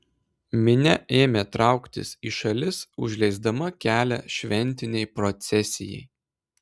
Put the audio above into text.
minia ėmė trauktis į šalis užleisdama kelią šventinei procesijai